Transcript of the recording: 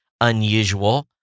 unusual